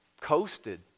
coasted